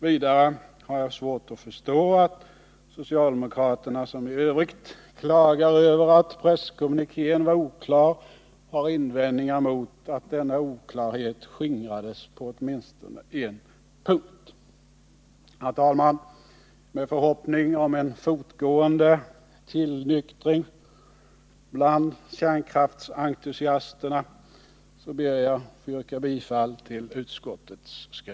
Vidare har jag svårt att förstå att socialdemokraterna som i övrigt klagar över att presskommunikén var oklar har invändningar mot att denna oklarhet skingrades på åtminstone en punkt. Herr talman! Med förhoppning om en fortgående tillnyktring bland atomkraftsentusiasterna ber jag att få yrka bifall till utskottets skrivning.